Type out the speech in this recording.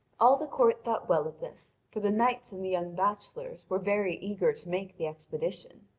all the court thought well of this, for the knights and the young bachelors were very eager to make the expedition.